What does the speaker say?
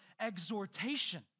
exhortation